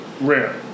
Rare